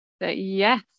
yes